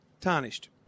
tarnished